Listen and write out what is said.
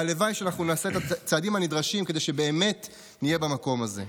הלוואי שאנחנו נעשה את הצעדים הנדרשים כדי שבאמת נהיה במקום הזה.